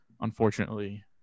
unfortunately